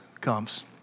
comes